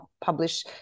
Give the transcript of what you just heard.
publish